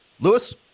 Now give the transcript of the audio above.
Lewis